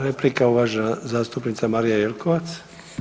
Replika, uvažena zastupnica Marija Jelkovac.